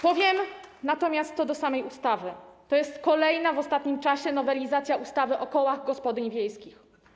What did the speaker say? Powiem natomiast odnośnie do samej ustawy, że jest to kolejna w ostatnim czasie nowelizacja ustawy o kołach gospodyń wiejskich.